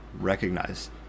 recognize